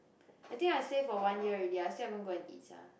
I think I say for one year already I still haven't go and eat sia